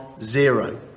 zero